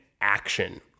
action